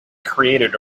created